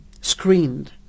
screened